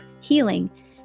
healing